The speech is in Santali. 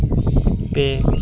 ᱯᱮ